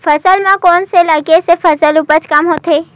फसल म कोन से लगे से फसल उपज कम होथे?